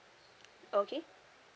okay